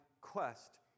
quest